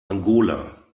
angola